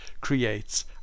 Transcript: creates